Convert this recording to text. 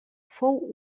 fou